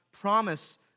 promise